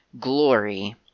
glory